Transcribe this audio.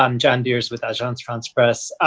um john biers with agence france-presse.